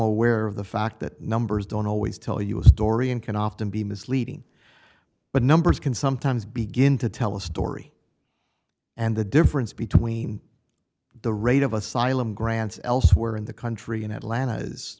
aware of the fact that numbers don't always tell you a story and can often be misleading but numbers can sometimes begin to tell a story and the difference between the rate of asylum grants elsewhere in the country and atlanta is